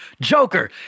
Joker